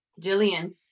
Jillian